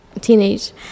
teenage